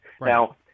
Now